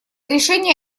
решения